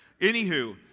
Anywho